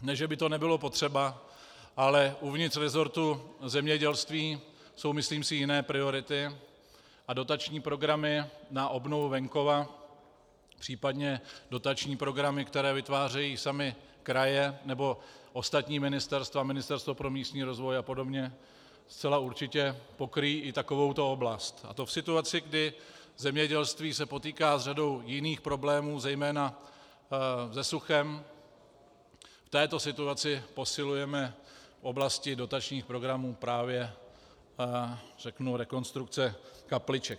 Ne že by to nebylo potřeba, ale uvnitř resortu zemědělství jsou myslím jiné priority a dotační programy na obnovu venkova, případně dotační programy, které vytvářejí samy kraje nebo ostatní ministerstva, Ministerstvo pro místní rozvoj apod., zcela určitě pokryjí i takovouto oblast, a to v situaci, kdy zemědělství se potýká s řadou jiných problémů, zejména se suchem, v této situaci posilujeme v oblasti dotačních programů právě rekonstrukce kapliček.